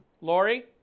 Lori